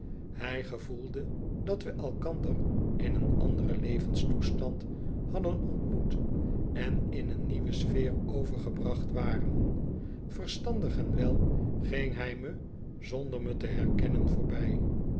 hij gevoelde dat we elkander in een anderen levenstoestand hadden ontmoet en in een nieuwe sfeer overgebracht waren verstandig en wel ging hij me zonder me te herkennen voorbij